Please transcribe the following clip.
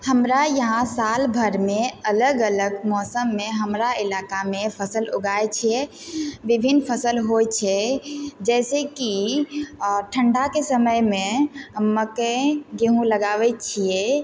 हमरा यहाँ साल भरिमे अलग अलग मौसममे हमरा इलाकामे फसल उगाबय छियै विभिन्न फसल होइ छै जैसे कि ठण्डाके समयमे मकइ गेहूँ लगाबय छियै